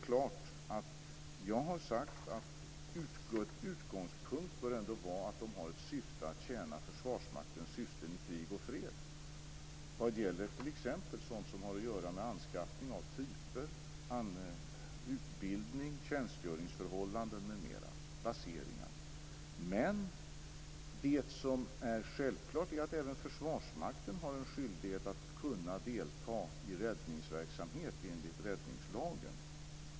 Jag har sagt att utgångspunkten bör vara att de har som syfte att tjäna Försvarsmakten i krig och fred vad gäller t.ex. anskaffning av typer, utbildning, tjänstgöringsförhållanden, baseringar m.m. Men självfallet har Försvarsmakten en skyldighet att delta i räddningsverksamhet enligt räddningslagen.